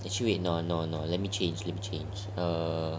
actually wait no no no let me change let's change err